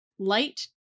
Light